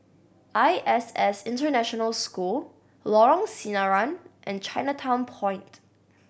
I S S International School Lorong Sinaran and Chinatown Point